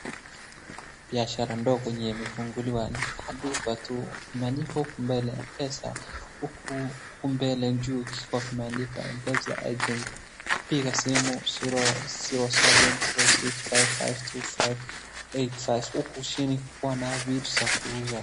Biashara ndogo yenye imefunguliwa ni kaduka tu. Imeandikwa huku mbele M-Pesa. Huku mbele juu kikuwa kimeandikwa M-Pesa agent . Piga simu 0706552585 . Huku chini kuko na vitu za kuuza.